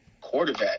quarterback